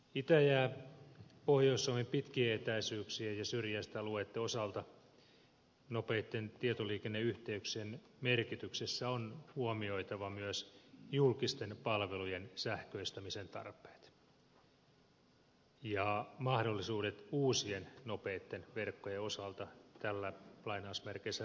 itä ja pohjois suomi pitkien etäisyyksien ja syrjäisten alueitten osalta nopeitten tietoliikenneyhteyksien merkityksessä on huomioitava myös julkisten palvelujen sähköistämisen tarpeet ja mahdollisuudet uusien nopeitten verkkojen osalta tällä rintamalla